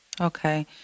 Okay